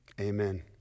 Amen